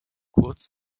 kurz